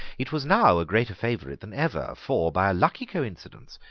it was now a greater favourite than ever for, by a lucky coincidence,